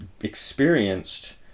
experienced